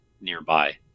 nearby